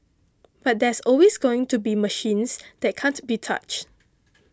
but there's always going to be machines that can't be touched